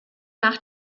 nach